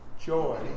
joy